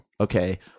Okay